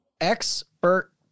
Expert